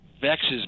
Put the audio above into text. vexes